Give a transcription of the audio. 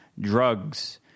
drugs